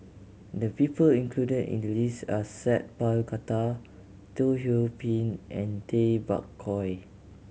the people included in the list are Sat Pal Khattar Teo Ho Pin and Tay Bak Koi